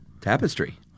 Tapestry